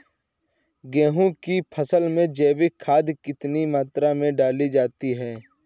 गेहूँ की फसल में जैविक खाद कितनी मात्रा में डाली जाती है?